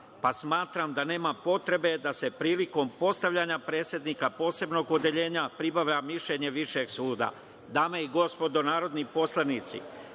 pa smatram da nema potrebe da se prilikom postavljanja predsednika Posebnog odeljenja pribavlja mišljenje Višeg suda. Dame i gospodo narodni poslanici,